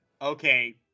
Okay